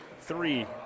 three